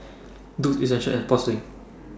Doux Essential and Sportslink